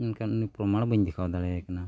ᱮᱱᱠᱷᱟᱱ ᱤᱧ ᱯᱨᱚᱢᱟᱱ ᱵᱟᱹᱧ ᱫᱮᱠᱷᱟᱣ ᱫᱟᱲᱮᱭᱟᱭ ᱠᱟᱱᱟ